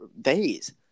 days